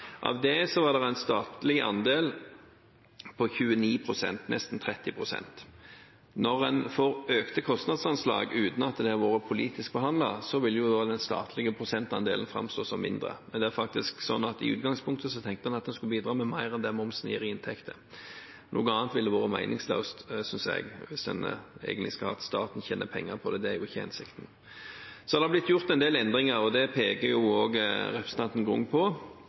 uten at det har vært politisk behandlet, vil den statlige prosentandelen framstå som mindre. Men i utgangspunktet tenkte en faktisk at en skulle bidra med mer enn det momsen gir i inntekter. Noe annet ville vært meningsløst, synes jeg. At staten tjener penger på det, er jo ikke hensikten. Det har blitt gjort en del endringer, og det peker representanten Grung også på. Det har kommet nye elementer, bl.a. bussfelt, Straume terminal, separat sykkelvei, utvidet tunell, mulighet for toveistrafikk i ett løp og et nytt kryss på